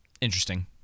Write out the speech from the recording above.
Interesting